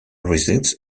resides